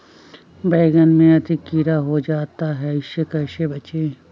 बैंगन में अधिक कीड़ा हो जाता हैं इससे कैसे बचे?